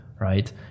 right